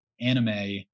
anime